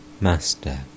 Master